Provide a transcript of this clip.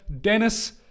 Dennis